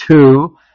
two